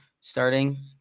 starting